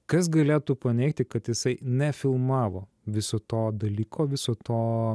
kas galėtų paneigti kad jisai nefilmavo viso to dalyko viso to